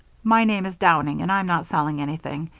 my name is downing and i'm not selling anything.